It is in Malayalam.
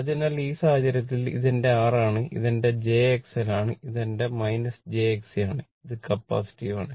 അതിനാൽ ഈ സാഹചര്യത്തിൽ ഇത് എന്റെ R ആണ് ഇത് എന്റെ jXL ആണ് ഇത് എന്റെ jXC ആണ് ഇത് കപ്പാസിറ്റീവ് ആണ്